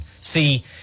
See